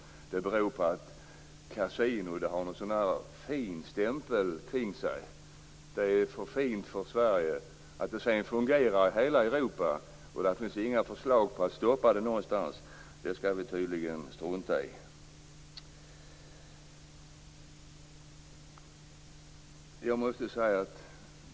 Kasinon har en fin stämpel kring sig. Det är för fint för Sverige. Vi skall tydligen strunta i att kasinoverksamhet fungerar i hela Europa, och där finns inga förslag att stoppa kasinon någonstans.